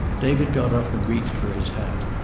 david got up and reached for his hat.